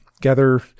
gather